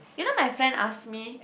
you know my friend ask me